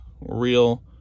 real